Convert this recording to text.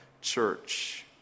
church